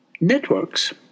networks